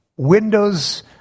Windows